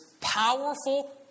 powerful